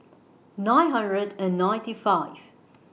nine hundred and ninety five